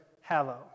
hallow